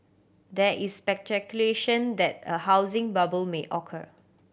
there is that a housing bubble may occur